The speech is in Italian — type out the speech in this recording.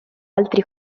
altri